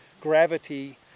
gravity